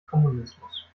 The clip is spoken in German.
kommunismus